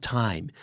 time